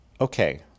Okay